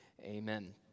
Amen